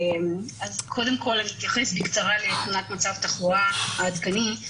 קודם כול אני אתייחס בקצרה לתמונת מצב תחלואה העדכני.